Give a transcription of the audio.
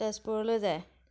তেজপুৰলৈ যায়